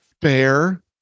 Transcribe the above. fair